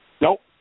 Nope